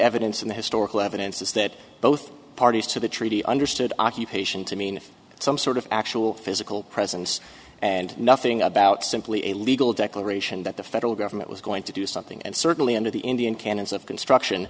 evidence and the historical evidence is that both parties to the treaty understood occupation to mean some sort of actual physical presence and nothing about simply a legal declaration that the federal government was going to do something and certainly under the indian canons of construction